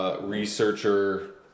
Researcher